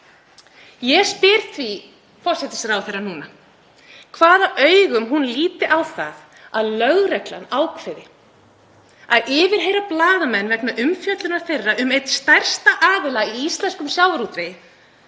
Ég spyr því forsætisráðherra hvaða augum hún líti á það að lögreglan ákveði að yfirheyra blaðamenn vegna umfjöllunar þeirra um einn stærsta aðila í íslenskum sjávarútvegi,